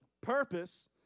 purpose